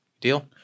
deal